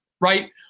right